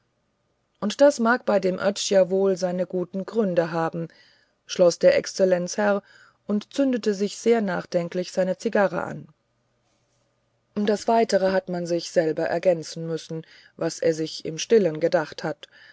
und das mag bei dem oetsch ja wohl seine guten gründe haben schloß der exzellenzherr und zündete sich sehr nachdenklich seine zigarre an das weitere hat man sich selber ergänzen müssen was er sich im stillen gedacht hat